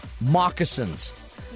moccasins